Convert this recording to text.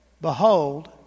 Behold